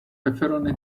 pepperoni